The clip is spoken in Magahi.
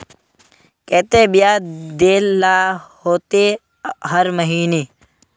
केते बियाज देल ला होते हर महीने?